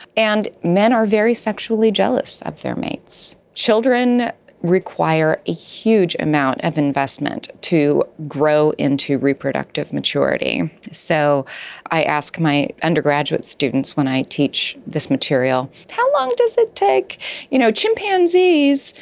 and men are very sexually jealous of their mates. children require a huge amount of investment to grow into reproductive maturity. so i ask my undergraduate students when i teach this material, how long does it take you know chimpanzees,